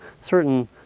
certain